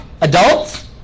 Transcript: Adults